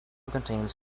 contains